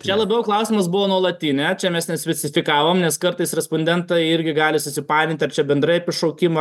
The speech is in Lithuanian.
čia labiau klausimas buvo nuolatinė čia mes nespecifikavom nes kartais respondentai irgi gali susipainioti ar čia bendrai apie šaukimą